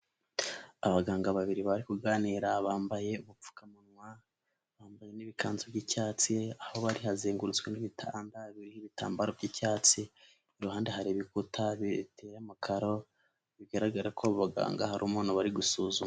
Abaganga babiri bari kuganira bambaye ubupfukamunwa, bambaye n'ibikanzu by'icyatsi. Aho bari hazengurutswe n'ibitanda biriho ibitambaro by'icyatsi. Iruhande hari ibikuta biteye amakaro, bigaragara ko abaganga hari umuntu bari gusuzuma.